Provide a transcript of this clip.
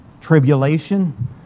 tribulation